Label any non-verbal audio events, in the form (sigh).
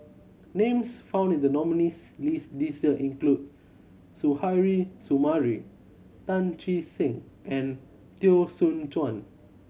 names found in the nominees' list this year include (unintelligible) Sumari Tan Che Sang and Teo Soon Chuan